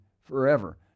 forever